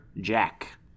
Jack